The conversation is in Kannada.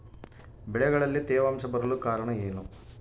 ಬೆಳೆಗಳಲ್ಲಿ ತೇವಾಂಶ ಬರಲು ಕಾರಣ ಏನು?